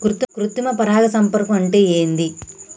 కృత్రిమ పరాగ సంపర్కం అంటే ఏంది?